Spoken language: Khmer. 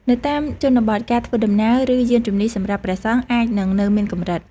នៅតាមជនបទការធ្វើដំណើរ ឬ យានជំនិះសម្រាប់ព្រះសង្ឃអាចនឹងនៅមានកម្រិត។